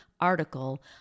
article